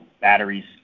batteries